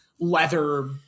leather